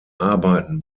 arbeiten